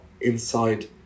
inside